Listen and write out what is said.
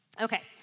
Okay